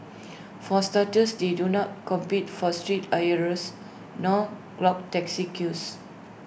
for starters they do not compete for street hires nor clog taxi queues